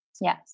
Yes